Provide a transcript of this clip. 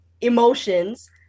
emotions